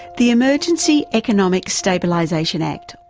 the emergency economic stabilization act,